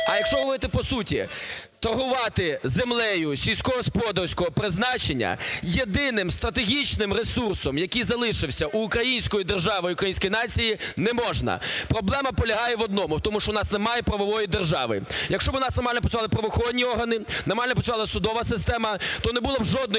А якщо говорити по суті, торгувати землею сільськогосподарського призначення - єдиним стратегічним ресурсом, який залишився у української держави і української нації - не можна. Проблема полягає в одному: в тому, що в нас немає правової держави. Якщо б у нас нормально працювали правоохоронні органи, нормально працювала судова система, то не було б жодної